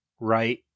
right